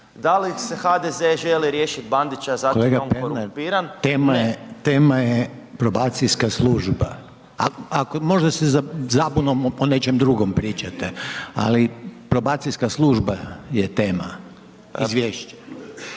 Da li se HDZ želi riješiti Bandića zato što je on korumpiran? … /Upadica Reiner: Kolega Pernar, tema je probacijska služba. Možda zabunom o nečem drugom pričate, ali probacijska služba je tema, izvješće./